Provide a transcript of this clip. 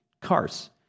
cars